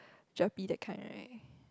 Gerpe that kind right